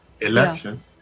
election